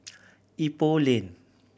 Ipoh Lane